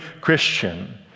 Christian